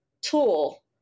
tool